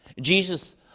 Jesus